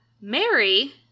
Mary